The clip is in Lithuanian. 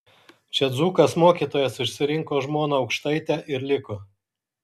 čia dzūkas mokytojas išsirinko žmoną aukštaitę ir liko